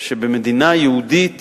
שבמדינה יהודית